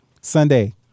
sunday